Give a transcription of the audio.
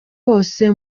wose